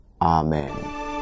Amen